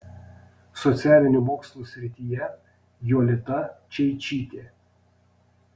socialinių mokslų srityje jolita čeičytė